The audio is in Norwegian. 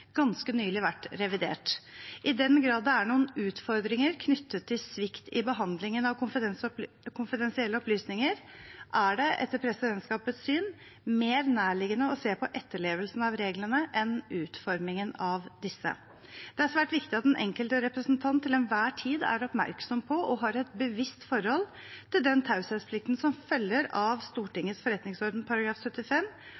ganske nylig vært revidert. I den grad det er noen utfordringer knyttet til svikt i behandlingen av konfidensielle opplysninger, er det etter presidentskapets syn mer nærliggende å se på etterlevelsen av reglene enn på utformingen av disse. Derfor er det viktig at den enkelte representant til enhver tid er oppmerksom på og har et bevisst forhold til den taushetsplikten som følger av